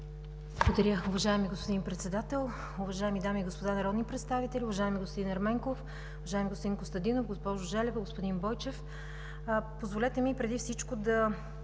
Благодаря, уважаеми господин Председател. Уважаеми дами и господа народни представители, уважаеми господин Ерменков, уважаеми господин Костадинов, госпожо Желева, господин Бойчев! Позволете ми преди всичко да